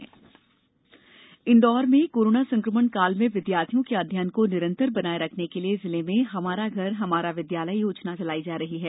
हमारा घर हमारा विद्यालय इंदौर में कोरोना संक्रमण काल में विद्यार्थियों के अध्ययन को निरंतर बनाए रखने के लिए जिले में हमारा घर हमारा विद्यालय योजना चलायी जा रही है